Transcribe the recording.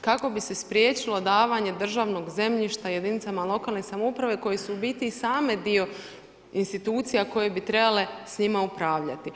kako bi se spriječilo davanje državnog zemljišta jedinicama lokalne samouprave koje su u biti i same dio institucija koje bi trebale s njima upravljati.